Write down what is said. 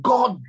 God